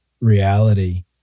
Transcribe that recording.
reality